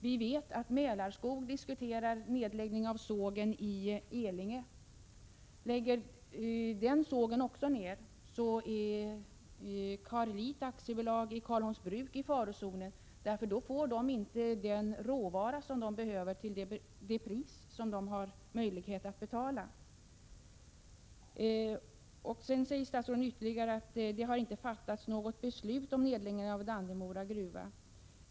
Vi vet att Mälarskog diskuterar en nedläggning av sågen i Elinge. Läggs den ner så är Karlit AB i Karlholmsbruk också i farozonen, därför att då får man i det företaget inte den råvara man behöver till det pris som man har möjlighet att betala. Statsrådet säger vidare att det inte har fattats något beslut om nedläggning av Dannemora gruva.